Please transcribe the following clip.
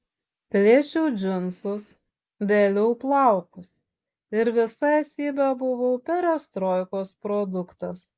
plėšiau džinsus vėliau plaukus ir visa esybe buvau perestroikos produktas